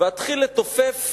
ואתחיל לתופף